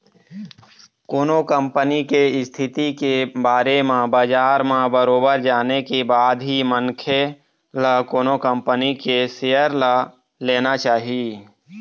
कोनो कंपनी के इस्थिति के बारे म बजार म बरोबर जाने के बाद ही मनखे ल कोनो कंपनी के सेयर ल लेना चाही